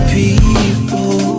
people